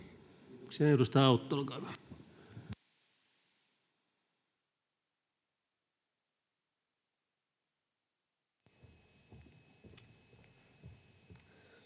Kiitos.